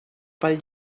pel